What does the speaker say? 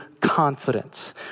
confidence